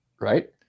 right